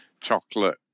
chocolate